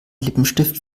lippenstift